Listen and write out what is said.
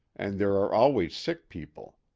and there are always sick people.